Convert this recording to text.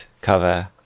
cover